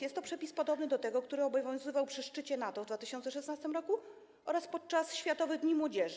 Jest to przepis podobny do tego, który obowiązywał przy szczycie NATO w 2016 r. oraz podczas Światowych Dni Młodzieży.